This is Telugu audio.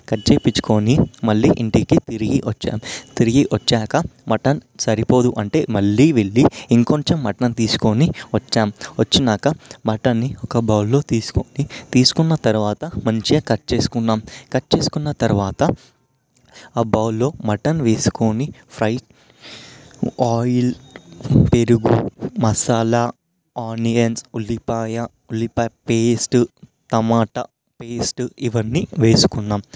కట్ చేపించుకొని మళ్ళీ ఇంటికి తిరిగి వచ్చాను తిరిగి వచ్చాక మటన్ సరిపోదు అంటే మళ్ళీ వెళ్ళి ఇంకొంచెం మటన్ తీసుకొని వచ్చాము వచ్చాక మటన్ని ఒక బౌల్లో తీసుకొని తీసుకున్న తరువాత మంచిగా కట్ చేసుకున్నాము కట్ చేసుకున్న తరువాత ఆ బౌల్లో మటన్ వేసుకొని ఫ్రై ఆయిల్ పెరుగు మసాలా ఆనియన్స్ ఉల్లిపాయ ఉల్లిపాయ పేస్ట్ టమాట పేస్ట్ ఇవన్నీ వేసుకున్నాము